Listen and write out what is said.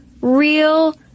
real